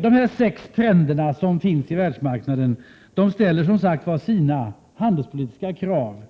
Dessa sex trender som finns i världsmarknaden ställer som sagt sina handelspolitiska krav.